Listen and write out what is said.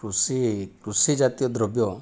କୃଷି କୃଷିଜାତୀୟ ଦ୍ରବ୍ୟ